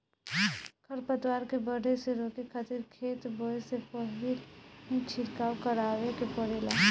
खर पतवार के बढ़े से रोके खातिर खेत बोए से पहिल ही छिड़काव करावे के पड़ेला